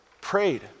prayed